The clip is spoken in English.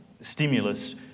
stimulus